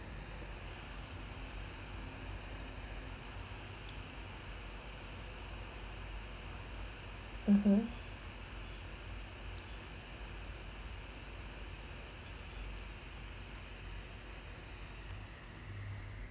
(uh huh)